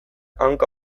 hanka